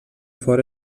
fort